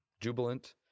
jubilant